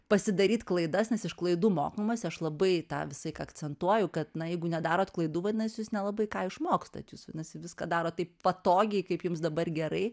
pasidaryt klaidas nes iš klaidų mokomasi aš labai tą visą laiką akcentuoju kad na jeigu nedarot klaidų vadinasi jūs nelabai ką išmokstat jūs vadinasi viską darot taip patogiai kaip jums dabar gerai